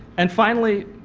and finally,